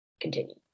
continue